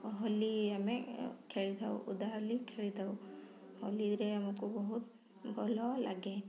ହୋଲି ଆମେ ଖେଳିଥାଉ ଓଦା ହୋଲି ଖେଳିଥାଉ ହୋଲିରେ ଆମକୁ ବହୁତ ଭଲ ଲାଗେ